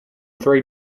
three